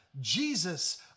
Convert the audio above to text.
Jesus